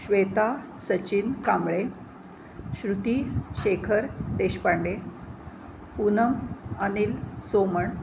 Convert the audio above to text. Shweta Sachin Kamble Shruti Shekhar Deshpande Poonam Anil Soman